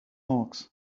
hawks